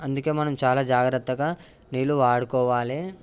అందుకే మనం చాలా జాగ్రత్తగా నీళ్ళు వాడుకోవాలి